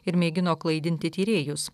ir mėgino klaidinti tyrėjus